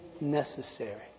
necessary